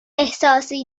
احساسی